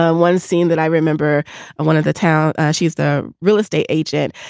ah one scene that i remember on one of the towers she's the real estate agent.